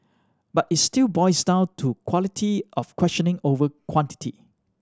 but it still boils down to quality of questioning over quantity